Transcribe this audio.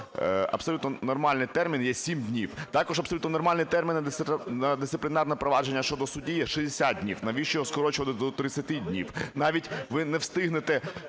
Абсолютно нормальний термін є 7 днів. Також абсолютно нормальний термін на дисциплінарне провадження щодо судді є 60 днів. Навіщо його скорочувати до 30 днів? Навіть ви не встигнете,